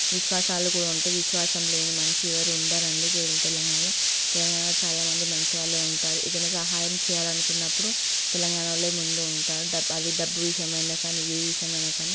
విశ్వాసాలు కూడా ఉంటాయి విశ్వాసం లేని మనిషి ఎవరు ఉండరు అండి తెలంగాణలో తెలంగాణ చాలా మంది మంచి వాళ్ళు ఉంటారు ఏదైనా సహాయం చేయాలనుకున్నప్పుడు తెలంగాణ వాళ్ళే ముందు ఉంటారు డబ్ అది డబ్బు విషయమైనా కానీ ఏ విషయమైనా కానీ